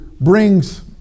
brings